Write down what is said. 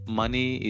money